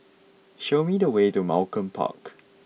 show me the way to Malcolm Park